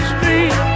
Street